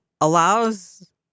allows